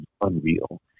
unreal